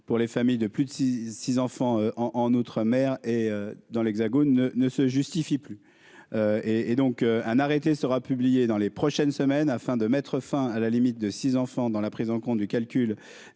pour les familles de plus de 6 6 enfants en en outre-mer et dans l'Hexagone ne se justifie plus et et donc un arrêté sera publié dans les prochaines semaines afin de mettre fin à la limite de six enfants dans la prise en compte du calcul